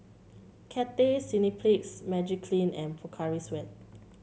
Cathay Cineplex Magiclean and Pocari Sweat